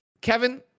Kevin